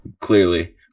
clearly